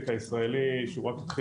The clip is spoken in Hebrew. ספציפית גם את תעשיית ההון-סיכון,